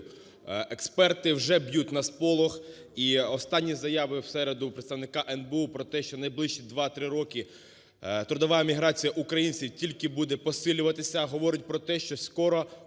Експерти вже б'ють на сполох і останні заяви в середу представника НБУ про те, що в найближчі 2-3 роки трудова міграція українців тільки буде посилюватися, говорить про те, що скоро